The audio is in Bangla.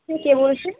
আপনি কে বলছেন